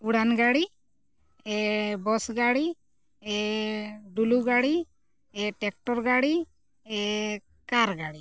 ᱩᱰᱟᱹᱱ ᱜᱟᱹᱰᱤ ᱵᱚᱥ ᱜᱟᱹᱰᱤ ᱰᱩᱞᱩ ᱜᱟᱹᱲᱤ ᱴᱨᱠᱴᱚᱨ ᱜᱟᱹᱲᱤ ᱠᱟᱨ ᱜᱟᱹᱰᱤ